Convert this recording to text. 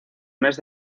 mes